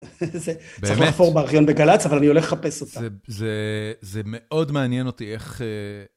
צריך לחפור בארכיון בגל"צ, אבל אני הולך לחפש אותה. זה מאוד מעניין אותי איך...